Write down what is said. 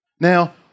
Now